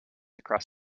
across